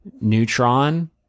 neutron